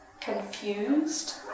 confused